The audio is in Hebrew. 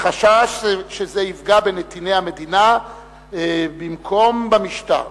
מחשש שזה יפגע בנתיני המדינה במקום במשטר,